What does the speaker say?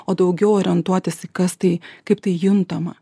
o daugiau orientuotis į kas tai kaip tai juntama